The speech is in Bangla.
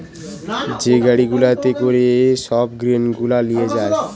যে গাড়ি গুলাতে করে সব গ্রেন গুলা লিয়ে যায়